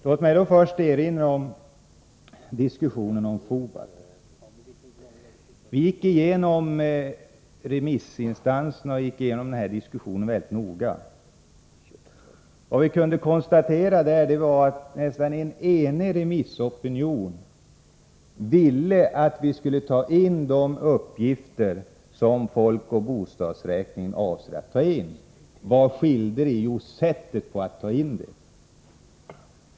Låt mig först erinra om diskussionerna om FOBALT. Vi gick igenom remissyttrandena och diskussionen mycket noga, och vi kunde konstatera att en nästan enig remissopinion ville att vi skulle ta in de uppgifter som folkoch bostadsräkningen avser. Vad skilde? Jo, sättet att ta in dem.